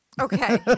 Okay